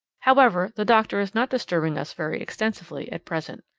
however, the doctor is not disturbing us very extensively at present.